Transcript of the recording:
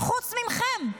חוץ מכם.